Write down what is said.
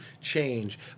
change